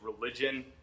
religion